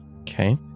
Okay